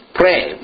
pray